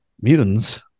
mutants